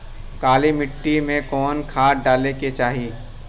काली मिट्टी में कवन खाद डाले के चाही?